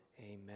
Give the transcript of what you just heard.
amen